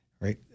right